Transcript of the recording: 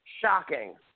Shocking